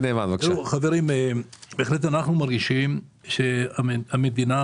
בהחלט אנחנו מרגישים שהמדינה,